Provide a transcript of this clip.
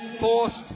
forced